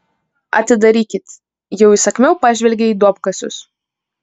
atidarykit jau įsakmiau pažvelgė į duobkasius